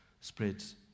spreads